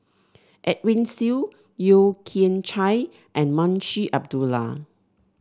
Edwin Siew Yeo Kian Chai and Munshi Abdullah